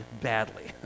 badly